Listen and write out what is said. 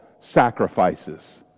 sacrifices